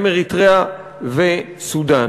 הן אריתריאה וסודאן.